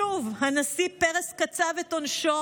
שוב, הנשיא פרס קצב את עונשו